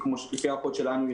לפי ההערכות שלנו,